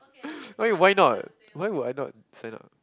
why you why not why would I not sign up